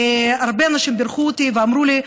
הרבה אנשים בירכו אותי ואמרו לי: